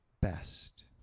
best